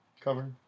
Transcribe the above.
cover